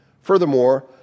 Furthermore